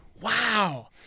wow